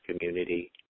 community